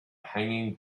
hanging